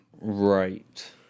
Right